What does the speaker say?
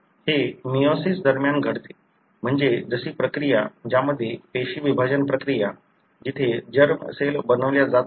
हे मेयोसिस दरम्यान घडते म्हणजे अशी प्रक्रिया ज्यामध्ये पेशी विभाजन प्रक्रिया जिथे जर्म सेल बनवल्या जात आहेत